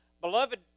Beloved